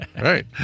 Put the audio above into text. right